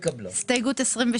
אתה מתקדם בזריזות.